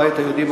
הבית היהודי,